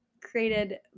created